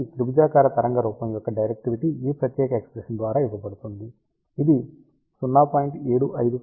కాబట్టి త్రిభుజాకార తరంగ రూపం యొక్క డైరెక్టివిటీ ఈ ప్రత్యేక ఎక్ష్ప్రెషన్ ద్వారా ఇవ్వబడుతుంది ఇది 0